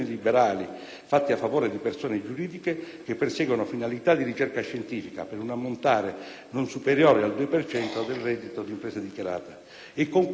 fatte a favore di persone giuridiche che perseguono finalità di ricerca scientifica, per un ammontare non superiore al 2 per cento del reddito d'impresa dichiarato. L'attuale